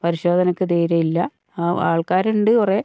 പരിശോധനയ്ക്ക് തീരെയില്ല ആൾക്കാർ ഉണ്ട് കുറേ